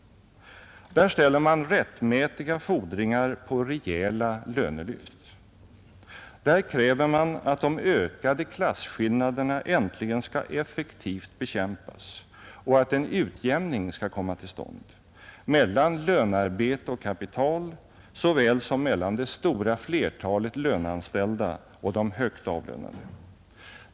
Där ställer man rättmätiga fordringar på rejäla lönelyft. Där kräver man att de ökade klasskillnaderna äntligen skall effektivt bekämpas och att en utjämning skall komma till stånd — mellan lönarbete och kapital såväl som mellan det stora flertalet löneanställda och de högt avlönade.